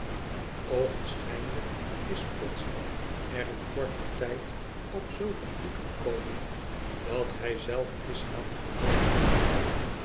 oogenschijnlijk is podsnap er in korten tijd op zulk een voet gekomen dat hij zelf is gaan gelooven